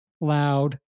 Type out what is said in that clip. loud